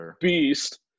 beast